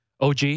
OG